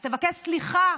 אז תבקש סליחה